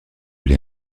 l’ai